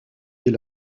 est